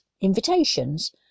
invitations